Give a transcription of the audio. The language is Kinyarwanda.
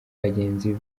bagenzi